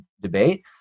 debate